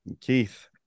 Keith